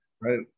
right